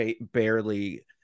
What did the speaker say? barely